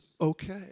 okay